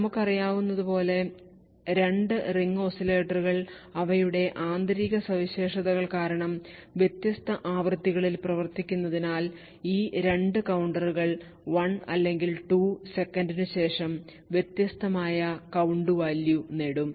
നമുക്കറിയാവുന്നതുപോലെ 2 റിംഗ് ഓസിലേറ്ററുകൾ അവയുടെ ആന്തരിക സവിശേഷതകൾ കാരണം വ്യത്യസ്ത ആവൃത്തികളിൽ പ്രവർത്തിക്കുന്നതിനാൽ ഈ 2 കൌണ്ടറുകൾ 1 അല്ലെങ്കിൽ 2 സെക്കൻഡിനു ശേഷം വ്യത്യസ്തമായ കൌണ്ട് വാല്യൂ നേടും